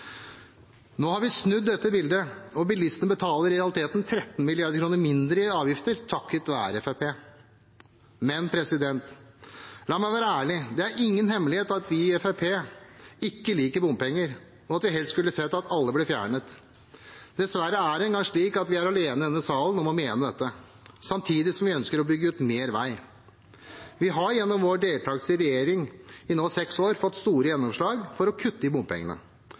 Nå har vi snudd dette bildet, og bilistene betaler i realiteten 13 mrd. kr mindre i avgifter takket være Fremskrittspartiet. Men la meg være ærlig: Det er ingen hemmelighet at vi i Fremskrittspartiet ikke liker bompenger, og at vi helst skulle sett at alle bommene ble fjernet. Dessverre er det engang slik at vi er alene i denne salen om å mene dette, samtidig som vi ønsker å bygge ut mer vei. Vi har gjennom vår deltakelse i regjering i nå seks år fått store gjennomslag for å kutte i bompengene,